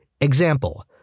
Example